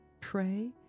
pray